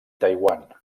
taiwan